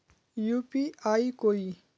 UPI कोई